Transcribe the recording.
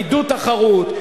עידוד תחרות,